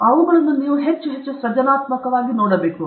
ನಂತರ ಅದು ನಿಮ್ಮನ್ನು ಹೆಚ್ಚು ಹೆಚ್ಚು ಸೃಜನಾತ್ಮಕವಾಗಿ ಮಾಡುತ್ತದೆ